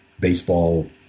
baseball